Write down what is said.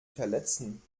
verletzen